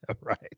Right